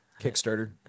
Kickstarter